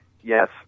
Yes